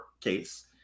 case